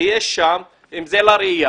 תהיה שם אם זה לצורכי מרעה.